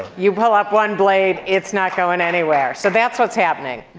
you pull up one blade, it's not going anywhere. so that's what's happening.